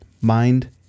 mind